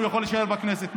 הוא יכול להישאר בכנסת.